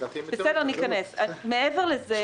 מעבר לזה,